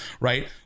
Right